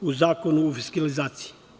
u Zakonu o fiskalizaciji.